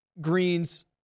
greens